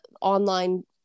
online